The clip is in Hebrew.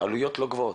בעלויות לא גבוהות.